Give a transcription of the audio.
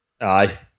Aye